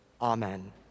Amen